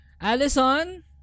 Alison